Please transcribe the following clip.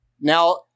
Now